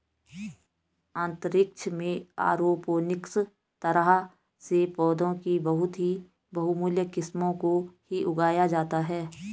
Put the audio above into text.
अंतरिक्ष में एरोपोनिक्स तरह से पौधों की बहुत ही बहुमूल्य किस्मों को ही उगाया जाता है